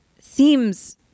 seems